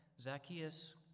Zacchaeus